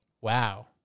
Wow